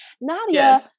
Nadia